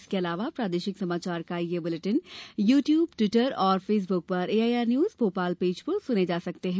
इसके अलावा प्रादेशिक समाचार बुलेटिन यू ट्यूब दिवटर और फेसबुक पर एआईआर न्यूज भोपाल पेज पर सुने जा सकते हैं